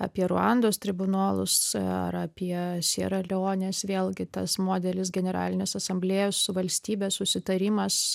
apie ruandos tribunolus ar apie siera leonės vėlgi tas modelis generalinės asamblėjos su valstybe susitarimas